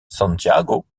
santiago